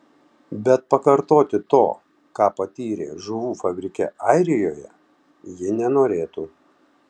bet pakartoti to ką patyrė žuvų fabrike airijoje ji nenorėtų